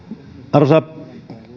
arvoisa